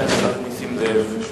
חבר הכנסת נסים זאב.